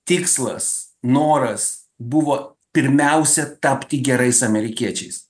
tikslas noras buvo pirmiausia tapti gerais amerikiečiais